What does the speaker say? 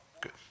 Good